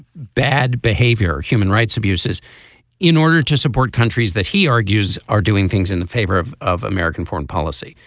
bad behavior human rights abuses in order to support countries that he argues are doing things in the favor of of american foreign policy.